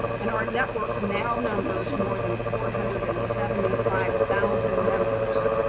and our network now numbers more than four hundred and seventy five thousand members.